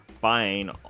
buying